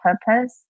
purpose